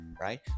Right